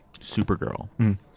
Supergirl